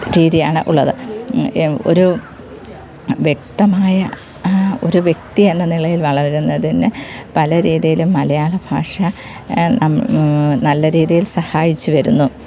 രീതിയാണ് ഉള്ളത് ഒരു വ്യക്തമായ ഒരു വ്യക്തിയെന്ന നിലയിൽ വളരുന്നതിന് പല രീതിയിലും മലയാള ഭാഷ നം നല്ല രീതിയിൽ സഹായിച്ചു വരുന്നു